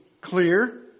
clear